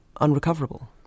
unrecoverable